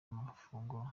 amafunguro